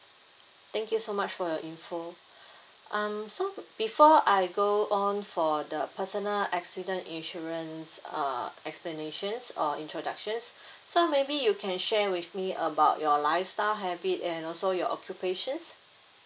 thank you so much for your info um so before I go on for the personal accident insurance err explanations or introductions so maybe you can share with me about your lifestyle habit and also your occupations